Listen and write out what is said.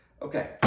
Okay